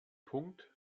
punkt